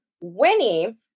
Winnie